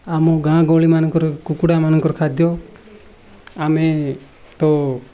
ଆମ ଗାଁ ଗହଳିମାନଙ୍କର କୁକୁଡ଼ାମାନଙ୍କର ଖାଦ୍ୟ ଆମେ ତ